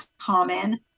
common